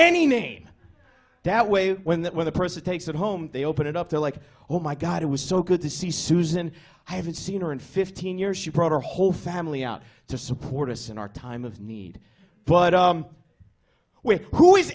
any name that way when that when the person takes it home they open it up they're like oh my god it was so good to see susan i haven't seen her in fifteen years she brought her whole family out to support us in our time of need but with who is